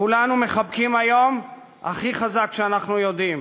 כולנו מחבקים היום הכי חזק שאנחנו יודעים.